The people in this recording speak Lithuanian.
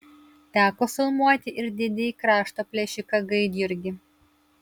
teko filmuoti ir didįjį krašto plėšiką gaidjurgį